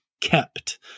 kept